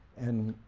and